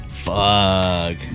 Fuck